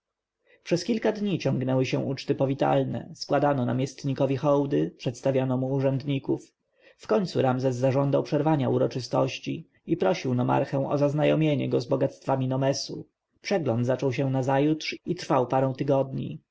przez kilka dni ciągnęły się uczty powitalne składano namiestnikowi hołdy przedstawiano mu urzędników wkońcu ramzes zażądał przerwania uroczystości i prosił nomarchę o zaznajomienie go z bogactwami nomesu przegląd zaczął się nazajutrz i trwał parę tygodni